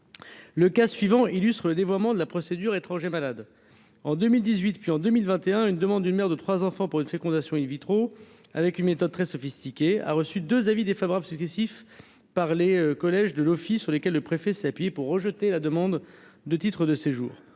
Le cas suivant illustre le dévoiement de la procédure : en 2018, puis en 2021, une demande d’une mère de trois enfants pour une fécondation avec une méthode très sophistiquée a reçu deux avis défavorables successifs par les collèges de l’Ofii, sur lesquels le préfet s’est appuyé pour rejeter la demande de titre de séjour.